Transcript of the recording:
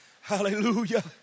Hallelujah